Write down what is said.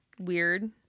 Weird